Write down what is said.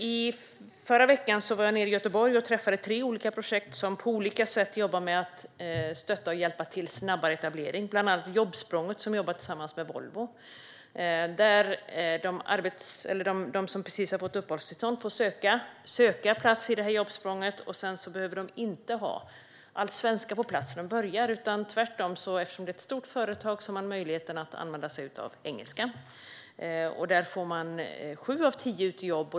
I förra veckan var jag nere i Göteborg och besökte tre projekt som på olika sätt hjälper människor med en snabbare etablering. Det var bland annat Jobbsprånget, där man jobbar tillsammans med Volvo. De som precis har fått uppehållstillstånd får söka plats i Jobbsprånget. De behöver inte ha all svenska på plats när de börjar. Eftersom det är ett stort företag har de möjlighet att använda sig av engelska. Där får sju av tio jobb.